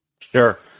Sure